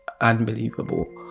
unbelievable